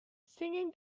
singing